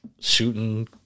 shooting